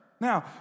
Now